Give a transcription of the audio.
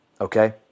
Okay